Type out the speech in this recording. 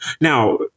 Now